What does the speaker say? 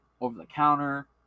over-the-counter